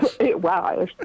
Wow